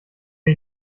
wir